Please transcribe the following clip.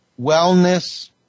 wellness